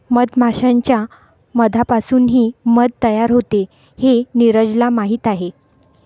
मधमाश्यांच्या मधापासूनही मध तयार होते हे नीरजला माहीत आहे